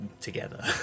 together